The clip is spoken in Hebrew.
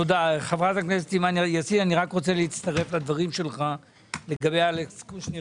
אני רוצה להצטרף לדברים שלך לגבי אלכס קושניר.